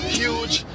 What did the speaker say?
huge